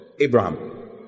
Abraham